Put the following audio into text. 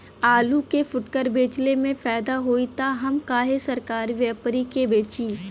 आलू के फूटकर बेंचले मे फैदा होई त हम काहे सरकारी व्यपरी के बेंचि?